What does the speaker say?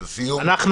לסיום, בבקשה.